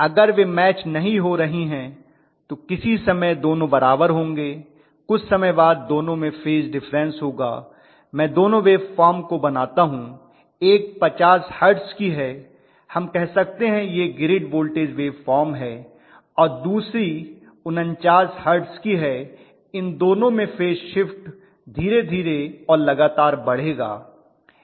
अगर वे मैच नहीं हो रही हैं तो किसी समय दोनों बराबर होंगे और कुछ समय बाद दोनों में फेज डिफरन्स होगा मैं दोनों वेबफॉर्म को बनाता हूं एक 50 हर्ट्ज की है हम कह सकते हैं कि यह ग्रिड वोल्टेज वेवफॉर्म है और दूसरी 49 हर्ट्ज की है इन दोनों में फेज शिफ्ट धीरे धीरे और लगातार बढ़ेगा